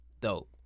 dope